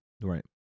Right